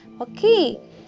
Okay